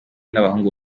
n’abahungu